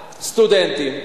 סטודנטים,